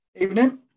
Evening